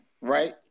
right